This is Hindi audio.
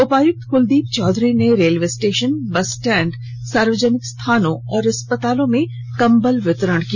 उपायुक्त कुलदीप चौधरी ने रेलवे स्टेशन बस स्टैण्ड सार्वजनिक स्थानों और अस्पतालों में कम्बल वितरण किया